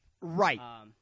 Right